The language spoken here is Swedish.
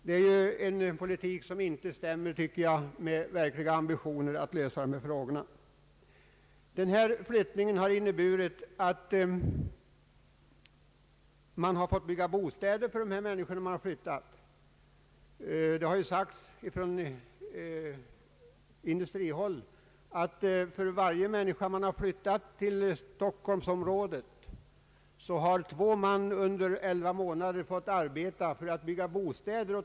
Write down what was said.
Det är en politik som jag anser inte stämmer med verkliga ambitioner att lösa dessa frågor. Denna flyttning har vidare inneburit att bostäder har måste byggas i ökad omfattning i inflyttningsorterna. Från industrihåll har det sagts att för varje människa man har flyttat till Stockholm har det under 11 månader krävts två mans arbete att bygga en bostad.